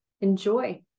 enjoy